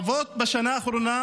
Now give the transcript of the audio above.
פעמים רבות בשנה האחרונה,